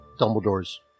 Dumbledore's